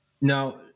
Now